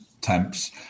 Temps